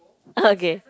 oh okay